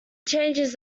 changes